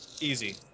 Easy